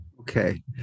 Okay